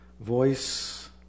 voice